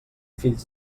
fills